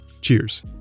Cheers